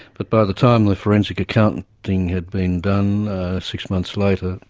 but by the time the forensic accountant thing had been done six months later,